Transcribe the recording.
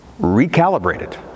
recalibrated